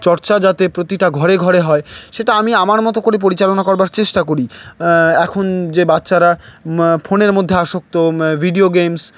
চর্চা যাতে প্রতিটা ঘরে ঘরে হয় সেটা আমি আমার মতো করে পরিচালনা করবার চেষ্টা করি এখন যে বাচ্চারা ফোনের মধ্যে আসক্ত ভিডিও গেমস